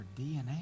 DNA